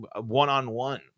one-on-one